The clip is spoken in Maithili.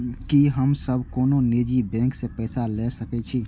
की हम सब कोनो निजी बैंक से पैसा ले सके छी?